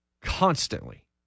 constantly